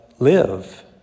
Live